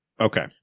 Okay